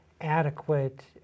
adequate